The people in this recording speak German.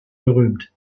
berühmt